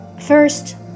First